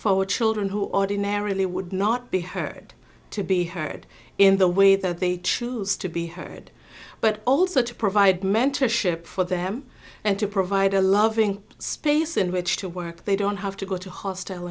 our children who ordinarily would not be heard to be heard in the way that they choose to be heard but also to provide mentorship for them and to provide a loving space in which to work they don't have to go to hostile